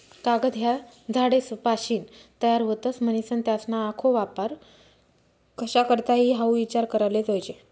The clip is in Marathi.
कागद ह्या झाडेसपाशीन तयार व्हतस, म्हनीसन त्यासना आखो वापर कशा करता ई हाऊ ईचार कराले जोयजे